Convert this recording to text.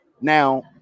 Now